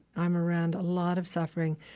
i'm around a lot of suffering.